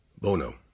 bono